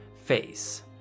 face